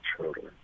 children